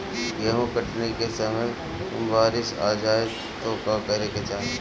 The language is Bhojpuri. गेहुँ कटनी के समय बारीस आ जाए तो का करे के चाही?